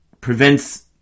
prevents